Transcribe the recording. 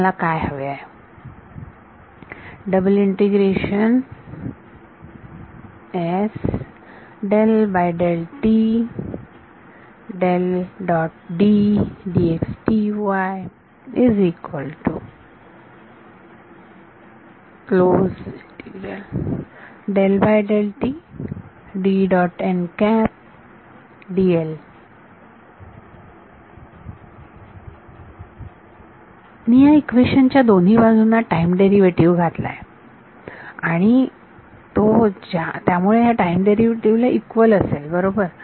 तर मला काय हवे आहे मी ह्या इक्वेशन च्या दोन्ही बाजूंना टाईम डेरिव्हेटिव्ह घातला आहे आणि आणि तो त्यामुळे ह्या टाइम डेरिव्हेटिव्ह ला इक्वल असेल बरोबर